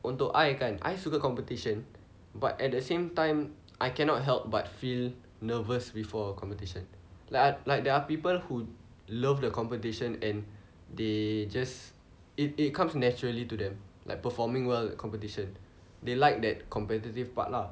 untuk I kan suka competition but at the same time I cannot help but feel nervous before competition like I like there are people who love the competition and they just it it comes naturally to them like performing well at competition they like that competitive part lah